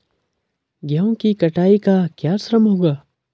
गेहूँ की कटाई का क्या श्रम होगा?